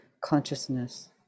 consciousness